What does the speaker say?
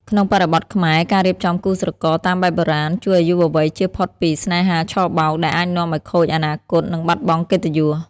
ក្នុងបរិបទខ្មែរ ការរៀបចំគូស្រករតាមបែបបុរាណ ជួយឱ្យយុវវ័យចៀសផុតពី "ស្នេហាឆបោក" ដែលអាចនាំឱ្យខូចអនាគត និងបាត់បង់កិត្តិយស។